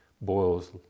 boils